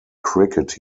cricket